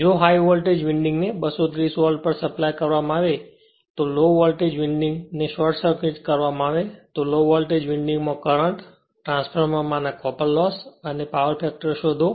જો high voltage વિન્ડિંગને 230 volt પર સપ્લાય કરવામાં આવે છે અને જો લો વોલ્ટેજ વિન્ડિંગ ને શોર્ટ સર્કિટ કરવામાં આવે તો લો વોલ્ટેજ વિન્ડિંગમાં કરંટ ટ્રાન્સફોર્મર માં ના કોપર લોસ અને અને પાવર ફેક્ટર શોધો